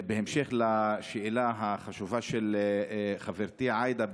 בהמשך לשאלה החשובה של חברתי עאידה,